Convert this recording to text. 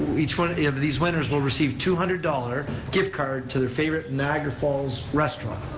each one of these winners will receive two hundred dollars gift card to their favorite niagara falls restaurant.